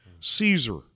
Caesar